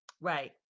Right